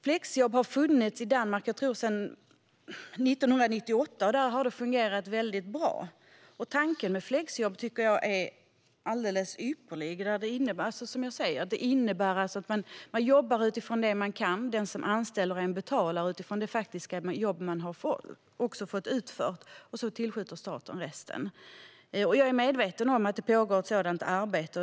Flexjobb har funnits i Danmark sedan 1998, tror jag, och där har det fungerat mycket bra. Tanken med flexjobb tycker jag är alldeles ypperlig. Flexjobb innebär, som jag sa, att man jobbar utifrån det som man kan. Arbetsgivaren betalar utifrån det arbete som har utförts, och sedan tillskjuter staten resten. Jag är medveten att det pågår ett sådant arbete.